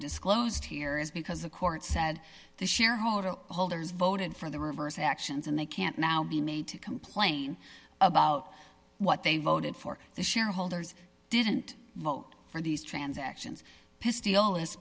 disclosed here is because the court said the shareholder holders voted for the reverse actions and they can't now be made to complain about what they voted for the shareholders didn't vote for these transactions pis